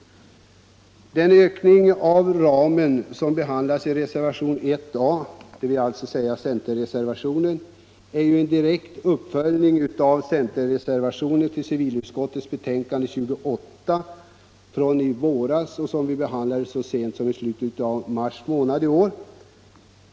Den ökning av ramen som behandlas i reservationen 1a — centerreservationen — är en direkt uppföljning av centerreservationen till civilutskottets betänkande nr 28 i våras, som vi behandlade så sent som i slutet av mars månad.